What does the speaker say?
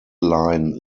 line